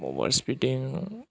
अभार स्पिदिं